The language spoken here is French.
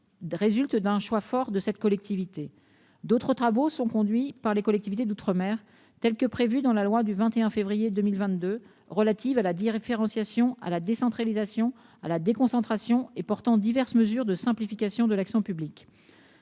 résulte d'un choix fort de cette collectivité. D'autres travaux sont conduits par les collectivités d'outre-mer, comme il est prévu dans la loi du 21 février 2022 relative à la différenciation, à la décentralisation, à la déconcentration et portant diverses mesures de simplification de l'action publique